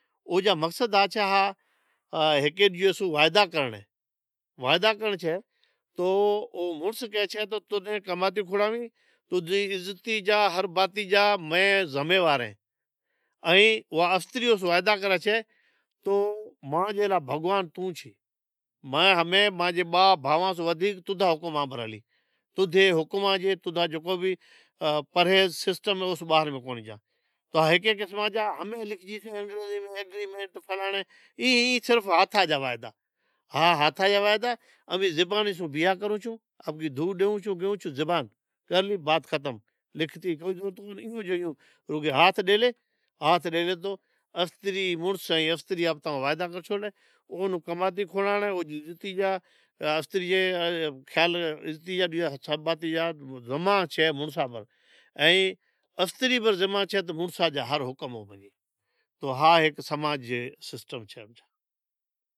او جا مقصد چھے۔ ہیکے بیجے سون وعدا کرنڑ ھی ۔ وعدا کرنڑ چھے کہ مڑس کہاوچھے تو نیں کمانڑے کھوڑاویں تو جی عزت جا ہر بات جا میں ذمیوار اہیں ائیں او استری وعدا کریچھے کہ مانجے لا بھگوان تو چھے، ماں لے باہ بھائو وا س ودھیک توجا حکم مان پر ھلی ۔تجی حکماں جی تجی پرہیز سسٹم ہے اوس مین ماں باہر کونہیں جاں، انگیزی میں ایگریمینٹ فلانڑے ای صرف ہاتھاں جا وعدا ۔ہتھاں جا وعدا امیں زبان نیس بیا کرون چھوں، آپلی دھوا ڈہون چھون گون چھوں ۔ائیں پہلی وات ختم لکھت جی کوئی وات نیہں ہاتھ ڈے لے تو استری مڑس ائیں استری آنپنڑا وعدا کر چھوڑلا او کماتی کھوڑانڑا ذمہ چھے مڑساں را ائیں استری پنڑ ذمہ چھے مڑساں پر۔ ائین استری پر ذمہ چھی مڑسا جا ہر حکم میجی ، تو ہا ہیک سماجی سسٹم چھے